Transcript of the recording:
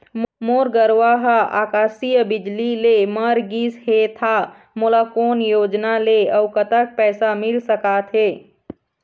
मोर गरवा हा आकसीय बिजली ले मर गिस हे था मोला कोन योजना ले अऊ कतक पैसा मिल सका थे?